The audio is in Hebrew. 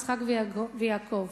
יצחק ויעקב.